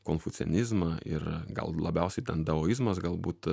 konfucianizmą ir gal labiausiai ten daoizmas galbūt